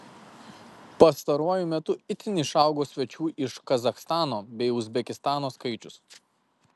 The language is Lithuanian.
pastaruoju metu itin išaugo svečių iš kazachstano bei uzbekistano skaičius